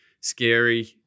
scary